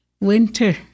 Winter